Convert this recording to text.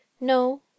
No